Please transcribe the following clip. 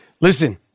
Listen